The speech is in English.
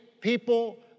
people